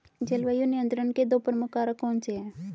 जलवायु नियंत्रण के दो प्रमुख कारक कौन से हैं?